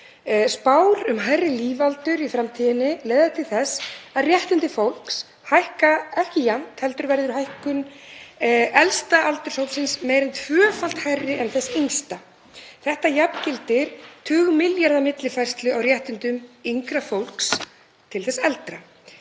Spár um hærri lífaldur í framtíðinni leiða til þess að réttindi fólks hækka ekki jafnt heldur verður hækkun elsta aldurshópsins meira en tvöfalt hærri en þess yngsta. Jafngildir það tugmilljarða millifærslu á réttindum yngra fólks til þess eldra.